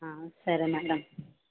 సరే మ్యాడం